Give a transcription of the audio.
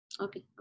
okay